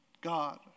God